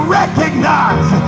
recognize